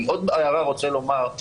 אני עוד הערה רוצה לומר.